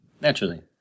Naturally